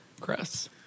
Chris